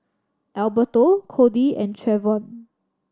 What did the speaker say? Alberto Cody and Trevon